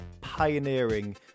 pioneering